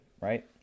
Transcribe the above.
right